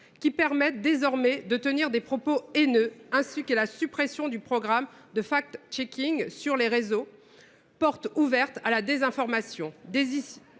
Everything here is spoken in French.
qui autorisent désormais à tenir des propos haineux, ainsi que la suppression du programme de des contenus publiés sur lesdits réseaux, porte ouverte à la désinformation.